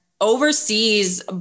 overseas